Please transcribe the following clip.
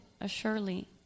assuredly